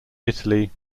italy